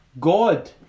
God